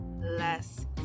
less